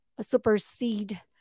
supersede